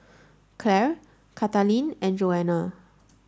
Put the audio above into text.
Clare Kathaleen and Joanna